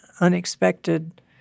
unexpected